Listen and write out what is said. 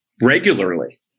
regularly